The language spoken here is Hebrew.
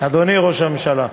אדוני ראש הממשלה,